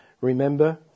remember